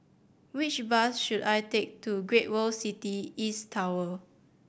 which bus should I take to Great World City East Tower